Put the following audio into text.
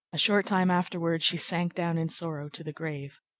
a short time afterward, she sank down in sorrow to the grave.